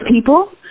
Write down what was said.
people